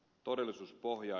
oikeustajua